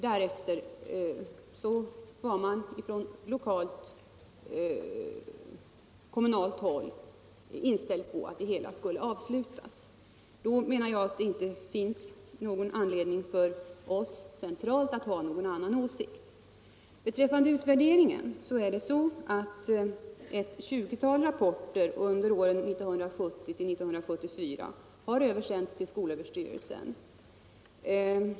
Därefter var man från kommunalt håll inställd på att det hela skulle avslutas. Då menar jag att det inte finns någon anledning för oss centralt att ha någon annan åsikt. Beträffande utvärderingen har ett tjugotal rapporter under åren 1970-1974 översänts till skolöverstyrelsen.